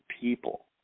people